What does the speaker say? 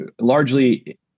largely